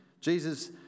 Jesus